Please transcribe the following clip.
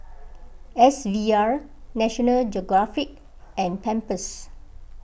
S V R National Geographic and Pampers